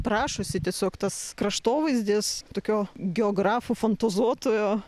prašosi tiesiog tas kraštovaizdis tokio geografų fantazuotojo